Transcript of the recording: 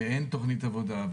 ואין תוכנית עבודה,